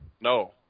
No